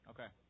Okay